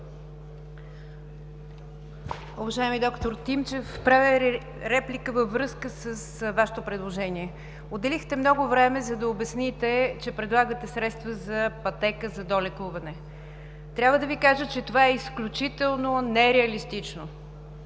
Уважаеми д-р Тимчев, правя Ви реплика във връзка с Вашето предложение. Отделихте много време, за да обясните, че предлагате средства за пътека за долекуване. Трябва да Ви кажа, че това е изключително нереалистично,